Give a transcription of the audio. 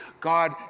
God